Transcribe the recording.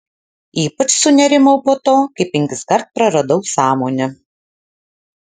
ypač sunerimau po to kai penkiskart praradau sąmonę